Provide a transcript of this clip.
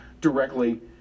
directly